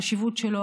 בחשיבות שלו,